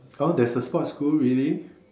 oh there's a sports school really